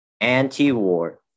anti-war